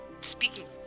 speaking